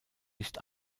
nicht